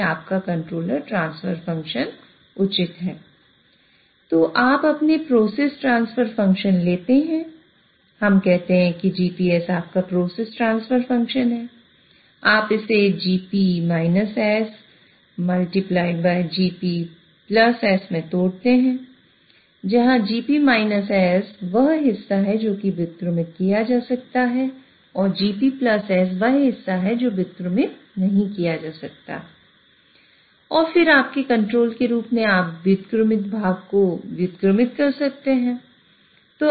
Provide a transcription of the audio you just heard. तो आप अपना प्रोसेस ट्रांसफर फंक्शन वह हिस्सा है जो व्युत्क्रमित नहीं किया जा सकता है और फिर आपके कंट्रोल के रूप में आप व्युत्क्रमित भाग को व्युत्क्रमित करते हैं